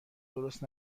درست